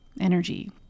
energy